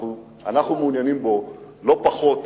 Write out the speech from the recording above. ואנחנו מעוניינים בו לא פחות